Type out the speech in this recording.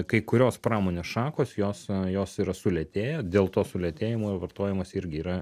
kai kurios pramonės šakos jos jos yra sulėtėję dėl to sulėtėjimo vartojimas irgi yra